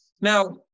Now